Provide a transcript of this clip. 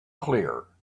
clear